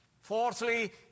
fourthly